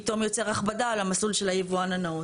פתאום יוצר הכבדה על המסלול של היבואן הנאות.